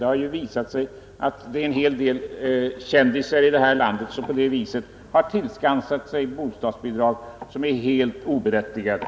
Det har ju visat sig att en hel del kändisar här i landet på detta sätt tillskansat sig bostadsbidrag som är helt oberättigade.